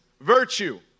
Virtue